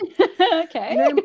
okay